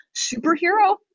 superhero